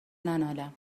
ننالم